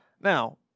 Now